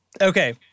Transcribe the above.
okay